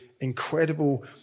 incredible